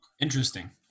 Interesting